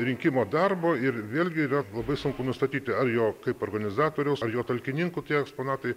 rinkimo darbo ir vėlgi yra labai sunku nustatyti ar jo kaip organizatoriaus ar jo talkininkų tie eksponatai